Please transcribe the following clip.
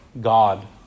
God